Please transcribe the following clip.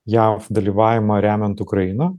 jav dalyvavimą remiant ukrainą